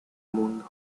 mundo